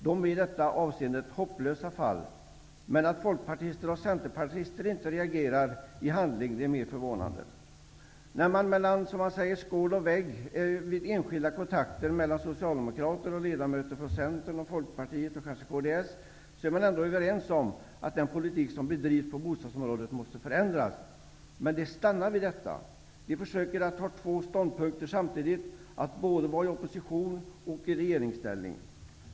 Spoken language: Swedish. De är i detta avseende hopplösa fall. Men att folkpartister och centerpartister inte reagerar med handling är än mer förvånande. Mellan skål och vägg, som det heter, är vi socialdemokrater vid enskilda kontakter med ledamöter från Centern, Folkpartiet och kanske också Kristdemokraterna ändå överens om att den politik som bedrivs på bostadsområdet måste förändras. Men det stannar vid detta. Man försöker att ha två ståndpunkter samtidigt: att både vara i opposition och att vara i regeringsställning.